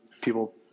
people